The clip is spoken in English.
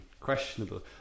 questionable